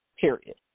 Period